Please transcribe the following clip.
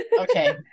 Okay